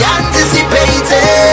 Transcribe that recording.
anticipated